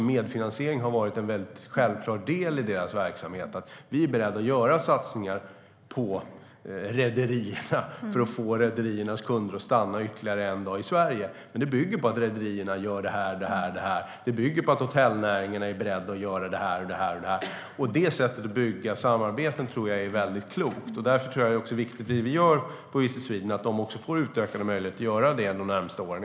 Medfinansiering har varit en självklar del i deras verksamhet. Vi är beredda att göra satsningar på rederierna för att få rederiernas kunder att stanna ytterligare en dag i Sverige. Men det bygger på att rederierna gör ett antal saker, och det bygger på att hotellnäringen är beredd att göra ett antal saker. Detta sätt att bygga samarbeten tror jag är mycket klokt. Därför är det viktigt att Visit Sweden får utökade möjligheter att göra detta de närmaste åren.